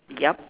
yup